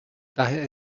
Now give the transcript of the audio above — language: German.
daher